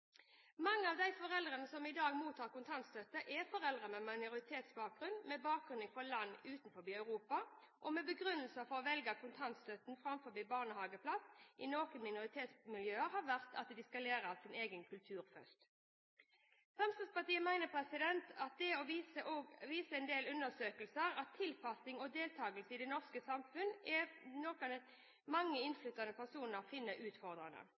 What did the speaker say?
Mange av de foreldrene som i dag mottar kontantstøtte, er foreldre med minoritetsbakgrunn, med bakgrunn fra land utenfor Europa, og begrunnelsen for å velge kontantstøtte framfor barnehageplass har i noen minoritetsmiljøer vært at de skal lære sin egen kultur først. Fremskrittspartiet mener, og det viser også en del undersøkelser, at tilpassing til og deltakelse i det norske samfunnet er noe mange innflyttede personer finner utfordrende,